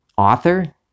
Author